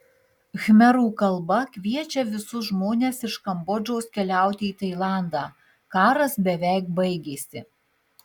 khmerų kalba kviečia visus žmones iš kambodžos keliauti į tailandą karas beveik baigėsi